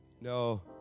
No